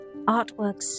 artworks